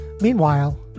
Meanwhile